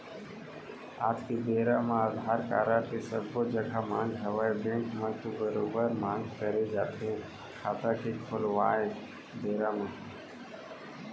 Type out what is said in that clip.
आज के बेरा म अधार कारड के सब्बो जघा मांग हवय बेंक म तो बरोबर मांग करे जाथे खाता के खोलवाय बेरा म